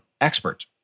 expert